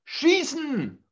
schießen